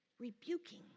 rebuking